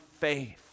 faith